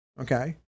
okay